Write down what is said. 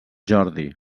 jordi